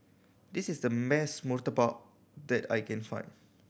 this is the murtabak that I can find